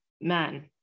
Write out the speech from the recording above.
man